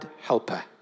helper